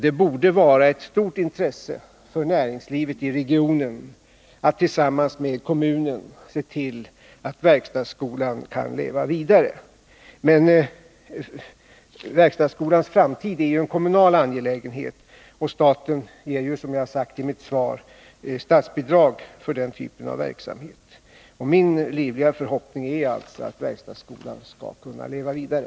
Det borde vara ett stort intresse för näringslivet i regionen att tillsammans med kommunen se till att verkstadsskolan kan leva vidare. Men verkstadsskolans framtid är ju en kommunal angelägenhet, och staten ger, som jag har sagt i mitt svar, statsbidrag för den typen av verksamhet. Min livliga förhoppning är alltså att verkstadsskolan skall kunna leva vidare.